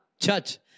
Church